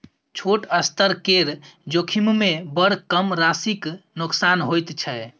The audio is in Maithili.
छोट स्तर केर जोखिममे बड़ कम राशिक नोकसान होइत छै